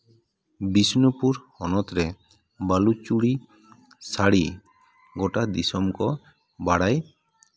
ᱵᱤᱥᱱᱩᱯᱩᱨ ᱦᱚᱱᱚᱛ ᱨᱮ ᱵᱟᱹᱞᱩᱪᱩᱲᱤ ᱥᱟᱹᱲᱤ ᱜᱳᱴᱟ ᱫᱤᱥᱚᱢ ᱠᱚ ᱵᱟᱲᱟᱭ